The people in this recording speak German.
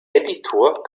editor